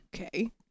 Okay